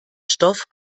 stoff